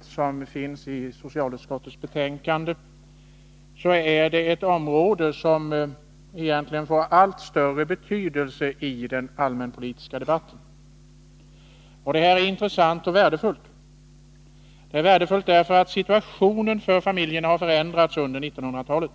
som behandlas i socialutskottets betänkande är ett område som får allt större betydelse i den allmänpolitiska debatten. Det är både intressant och värdefullt. Situationen för familjerna har förändrats under 1900-talet.